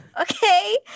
okay